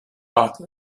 but